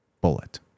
bullet